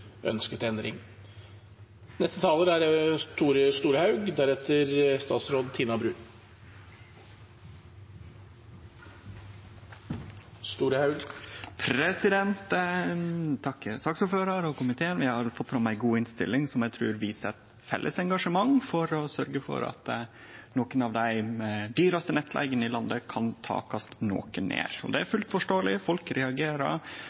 endring. Representanten Karin Andersen har også tatt opp de forslagene hun refererte til. Eg vil takke saksordføraren og komiteen. Vi har fått ei god innstilling som eg trur viser eit felles engasjement for å sørgje for at nokon av dei dyraste nettleigene i landet kan takast noko ned. Det er fullt forståeleg. Folk reagerer